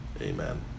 amen